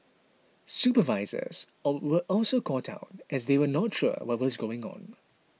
supervisors or were also caught out as they were not sure what was going on